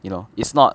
you know it's not